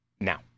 now